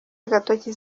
agatoki